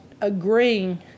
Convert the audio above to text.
agreeing